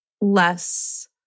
less